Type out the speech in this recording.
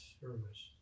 service